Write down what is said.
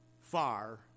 far